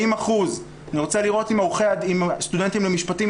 40%. אני רוצה לראות שסטודנטים למשפטים,